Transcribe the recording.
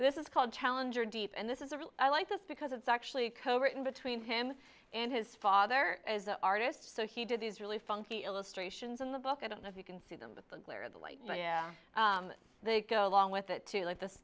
this is called challenger deep and this is a real i like this because it's actually co written between him and his father as an artist so he did these really funky illustrations in the book i don't know if you can see them but the glare of the light yeah they go along with it too like th